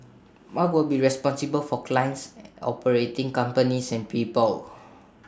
mark will be responsible for clients operating companies and people